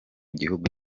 gihugu